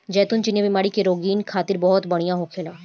जैतून चिनिया बीमारी के रोगीन खातिर बहुते बढ़िया होखेला